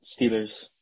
Steelers